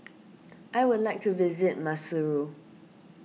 I would like to visit Maseru